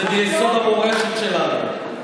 זה ביסוד המורשת שלנו,